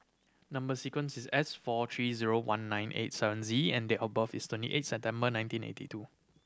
number sequence is S four three zero one nine eight seven Z and date of birth is twenty eighth September nineteen eighty two